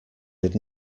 did